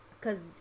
Cause